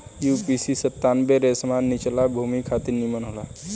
UPC सत्तानबे रेशमा निचला भूमि खातिर निमन होला